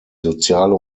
soziale